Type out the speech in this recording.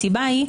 הסיבה היא,